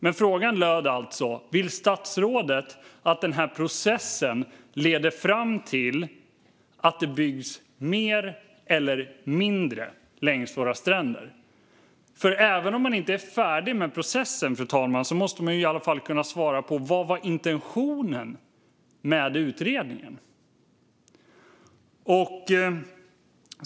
Men frågan löd alltså: Vill statsrådet att processen leder fram till att det byggs mer eller mindre längs våra stränder? Även om man inte är färdig med processen, fru talman, måste man kunna svara på vad som var intentionen med utredningen.